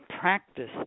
practice